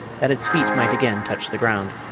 that its feet might again touch the ground.